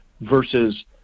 versus